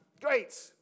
Great